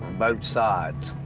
both sides.